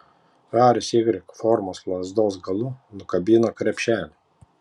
haris y formos lazdos galu nukabino krepšelį